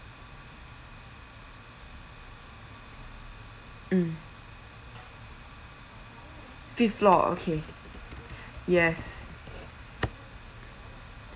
mm fifth floor okay yes